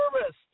service